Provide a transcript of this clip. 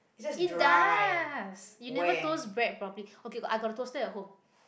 it does you never toast bread properly okay go~ I got a toaster at home